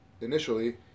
initially